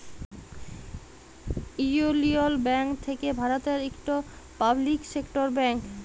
ইউলিয়ল ব্যাংক থ্যাকে ভারতের ইকট পাবলিক সেক্টর ব্যাংক